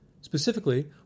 Specifically